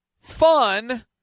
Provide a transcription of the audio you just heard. Fun